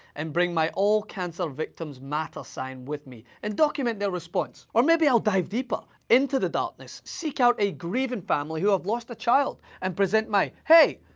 and bring my all cancer victims matter sign with me, and document their response. or, maybe, i'll dive deeper into the darkness, seek out a grieving family, who have lost a child, and present my hey!